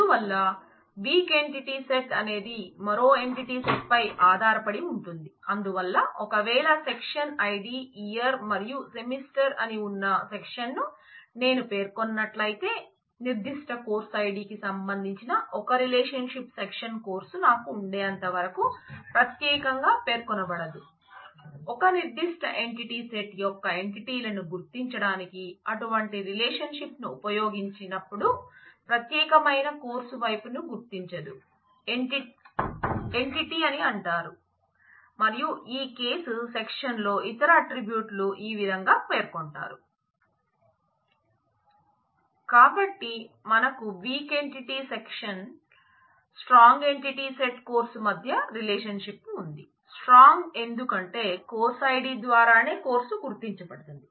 అందువల్ల weak entity set section strong entity set course మధ్య relationship ఉంది స్ట్రాంగ్ ఎందుకంటే కోర్స్ ఐడి ద్వారానే కోర్సు గుర్తించబడుతుంది